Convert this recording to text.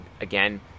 again